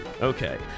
Okay